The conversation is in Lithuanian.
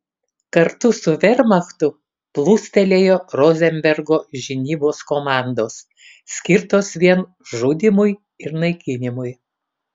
kartu su vermachtu plūstelėjo rozenbergo žinybos komandos skirtos vien žudymui ir naikinimui